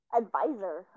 advisor